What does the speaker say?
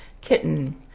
kitten